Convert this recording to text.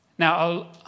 Now